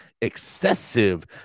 excessive